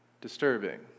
disturbing